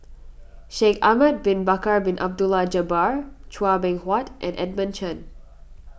Shaikh Ahmad Bin Bakar Bin Abdullah Jabbar Chua Beng Huat and Edmund Chen